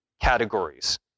categories